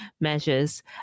measures